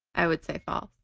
i would say false.